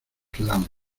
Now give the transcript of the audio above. tuxtlan